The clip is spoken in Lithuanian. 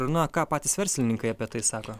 ir na ką patys verslininkai apie tai sako